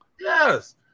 Yes